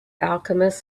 alchemist